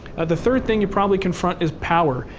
the third thing you'll probably confront is power.